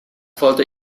wollte